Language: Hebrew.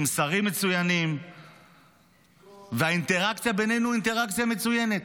עם שרים מצוינים והאינטראקציה בינינו אינטראקציה מצוינת.